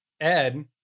Ed